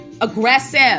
Aggressive